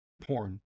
porn